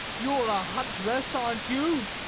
you're a huntress, aren't you?